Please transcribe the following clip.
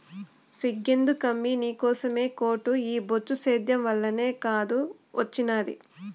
సిగ్గెందుకమ్మీ నీకోసమే కోటు ఈ బొచ్చు సేద్యం వల్లనే కాదూ ఒచ్చినాది